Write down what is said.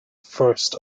first